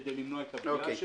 כדי למנוע את הפגיעה שלו.